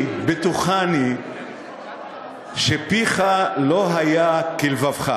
בטוחני שפיך לא היה כלבבך.